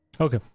Okay